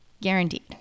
guaranteed